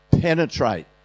penetrate